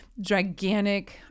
gigantic